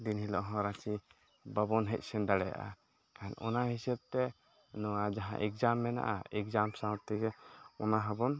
ᱫᱤᱱ ᱦᱤᱞᱳᱜ ᱦᱚᱸ ᱨᱟᱸᱪᱤ ᱵᱟᱵᱚᱱ ᱦᱮᱡ ᱥᱮᱱ ᱫᱟᱲᱮᱭᱟᱜᱼᱟ ᱟᱨ ᱚᱱᱟ ᱦᱤᱥᱟᱹᱵᱽᱛᱮ ᱱᱚᱣᱟ ᱡᱟᱦᱟᱸ ᱮᱠᱡᱟᱢ ᱢᱮᱱᱟᱜᱼᱟ ᱮᱠᱡᱟᱢ ᱥᱟᱶᱛᱮ ᱚᱱᱟ ᱦᱚᱸ ᱵᱚᱱ